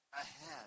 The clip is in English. ahead